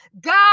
god